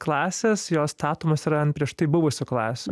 klasės jos statomos yra ant prieš tai buvusių klasių